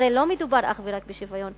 הרי לא מדובר אך ורק בשוויון,